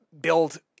build –